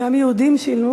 גם יהודים שילמו,